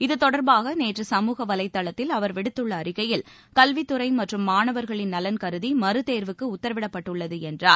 இது தொடர்பாக நேற்று சமூக வலைதளத்தில் அவர் விடுத்துள்ள அறிக்கையில் கல்வித் துறை மற்றும் மாணவர்களின் நலன் கருதி மறு தேர்வுக்கு உத்தரவிடப்பட்டுள்ளது என்றார்